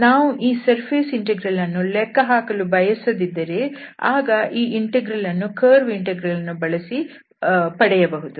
ನಾವು ಈ surface integral ಅನ್ನು ಲೆಕ್ಕಹಾಕಲು ಬಯಸದಿದ್ದರೆ ಆಗ ನಾವು ಇಂಟೆಗ್ರಲ್ ಅನ್ನು ಈ ಕರ್ವ್ ಇಂಟೆಗ್ರಲ್ ಅನ್ನು ಬಳಸಿ ಪಡೆಯಬಹುದು